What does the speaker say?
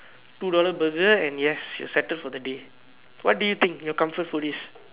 two dollar Burger and yes you're settled for the day what do you think your comfort food is